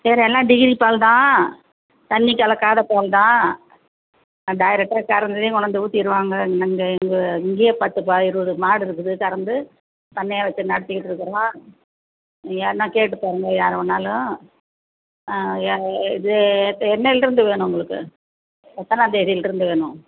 சரி எல்லாம் டிகிரி பால் தான் தண்ணி கலக்காத பால் தான் டேரெக்டாக கறந்ததையும் கொண்டு வந்து ஊற்றிருவாங்க நாங்கள் இங்கே இங்கேயே பத்து ப இருபது மாடு இருக்குது கறந்து பண்ணையாக வச்சு நடத்திக்கிட்டிருக்கறோம் யார்னால் கேட்டு பாருங்கள் யாரை வேணாலும் யா இது என்றைலிருந்து வேணும் உங்களுக்கு எத்தனாந்தேதிலிருந்து வேணும்